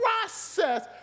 process